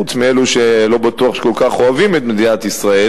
חוץ מאלו שלא בטוח שכל כך אוהבים את מדינת ישראל